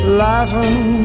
laughing